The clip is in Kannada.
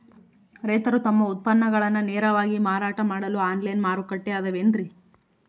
ರೈತರು ತಮ್ಮ ಉತ್ಪನ್ನಗಳನ್ನ ನೇರವಾಗಿ ಮಾರಾಟ ಮಾಡಲು ಆನ್ಲೈನ್ ಮಾರುಕಟ್ಟೆ ಅದವೇನ್ರಿ?